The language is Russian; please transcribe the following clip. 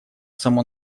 само